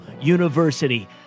university